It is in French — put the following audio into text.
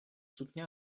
soutenir